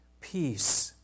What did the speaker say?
Peace